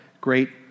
great